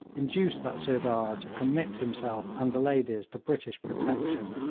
induced that sirdar to commit himself and the ladies to british protection.